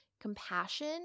compassion